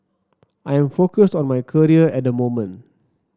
I am focused on my career at the moment